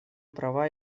права